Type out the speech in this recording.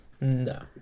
no